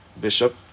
Bishop